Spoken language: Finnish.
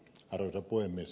arvoisa puhemies